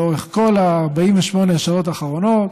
לאורך כל 48 השעות האחרונות,